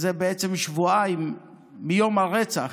שזה בעצם שבועיים מיום הרצח,